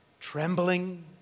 Trembling